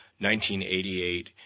1988